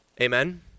Amen